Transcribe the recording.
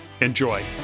enjoy